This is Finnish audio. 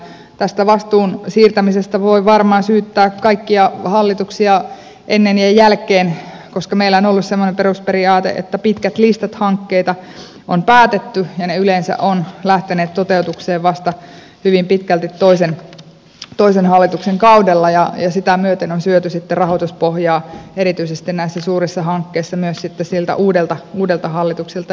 tästä vastuun siirtämisestä voi varmaan syyttää kaikkia hallituksia ennen ja jälkeen koska meillä on ollut semmoinen perusperiaate että pitkät listat hankkeita on päätetty ja ne yleensä ovat lähteneet toteutukseen vasta hyvin pitkälti toisen hallituksen kaudella ja sitä myöten on syöty rahoituspohjaa erityisesti näissä suurissa hankkeissa myös siltä uudelta hallitukselta